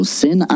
sin